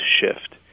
shift